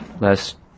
Last